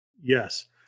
yes